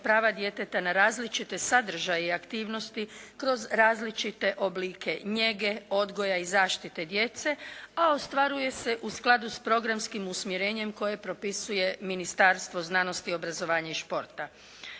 prava djeteta na različite sadržaje i aktivnosti kroz različite oblike njege, odgoja i zaštite djece, a ostvaruje se u skladu sa programskim usmjerenjem koje propisuje Ministarstvo znanosti, obrazovanja i športa.